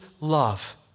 love